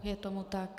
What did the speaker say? Je tomu tak.